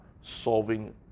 solving